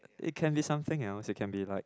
it can be something else it can be like